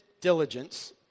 diligence